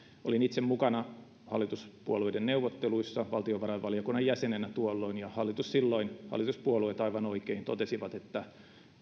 olin itse mukana hallituspuolueiden neuvotteluissa valtiovarainvaliokunnan jäsenenä tuolloin ja hallituspuolueet silloin aivan oikein totesivat että